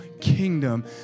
kingdom